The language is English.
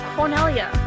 Cornelia